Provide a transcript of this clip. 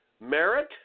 merit